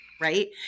right